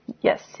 Yes